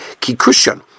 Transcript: Kikushan